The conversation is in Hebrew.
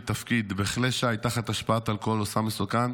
תפקיד בכלי שיט תחת השפעת אלכוהול או סם מסוכן,